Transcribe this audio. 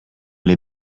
les